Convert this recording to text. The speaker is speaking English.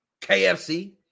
kfc